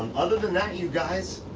um other than that, you guys,